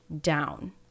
down